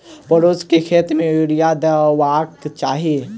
परोर केँ खेत मे यूरिया देबाक चही?